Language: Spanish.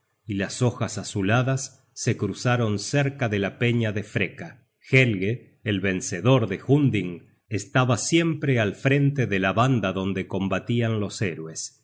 y las hojas azuladas se cruzaron cerca de la peña de freka helge el vencedor de hunding estaba siempre al frente gudmund y sus hermanos content from google book search generated at de la banda donde combatian los héroes